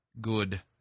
good